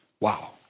Wow